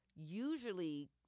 usually